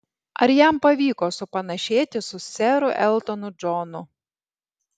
ar jam pavyko supanašėti su seru eltonu džonu